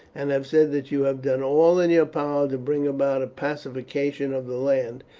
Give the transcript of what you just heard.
and have said that you have done all in your power to bring about a pacification of the land,